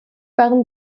waren